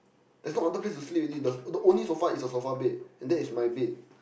there's no other place to sleep already the the only sofa is the sofa bed and that is my bed